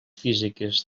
físiques